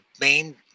main